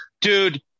dude